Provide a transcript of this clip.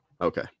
Okay